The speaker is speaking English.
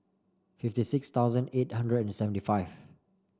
fifty six thousand eight hundred and seventy five